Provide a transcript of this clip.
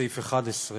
סעיף 11,